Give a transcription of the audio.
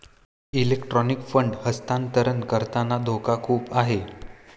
electronic fund हस्तांतरण करताना धोका खूप आहे